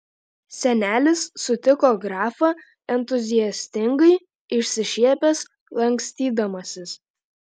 senelis sutiko grafą entuziastingai išsišiepęs lankstydamasis